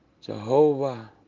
Jehovah